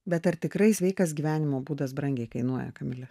bet ar tikrai sveikas gyvenimo būdas brangiai kainuoja kamile